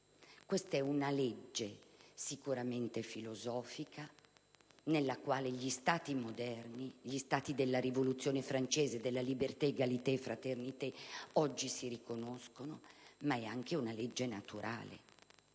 Questa è una legge sicuramente filosofica, nella quale gli Stati moderni, gli Stati della Rivoluzione francese, della «*liberté**, égalité e fraternité*», oggi si riconoscono, ma è anche una legge naturale,